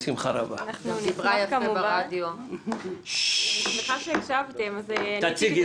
כולנו שמענו שבדבר הזה יש אפליה וצריכים